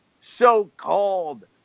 so-called